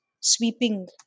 sweeping